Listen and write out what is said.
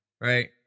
right